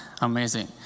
Amazing